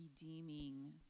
redeeming